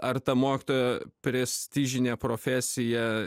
ar ta mokytojo prestižinė profesija